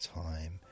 time